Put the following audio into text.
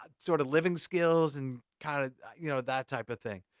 sort of, living skills, and kind of you know that type of thing.